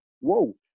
Whoa